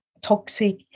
toxic